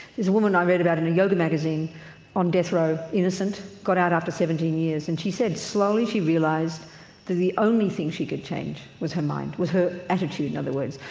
there's a woman i read about in a yoga magazine on death row, innocent, got out after seventeen years and she said slowly she realised that the only thing she could change was her mind, was her attitude in other words.